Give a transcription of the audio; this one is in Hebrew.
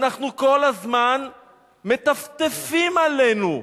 כל הזמן מטפטפים עלינו.